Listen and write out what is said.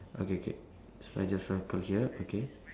okay K so I just circle here okay